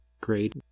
great